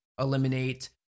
eliminate